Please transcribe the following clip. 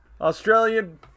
Australian